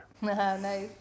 Nice